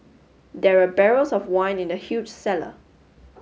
there were barrels of wine in the huge cellar